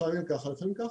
לפעמים ככה, לפעמים ככה.